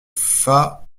fat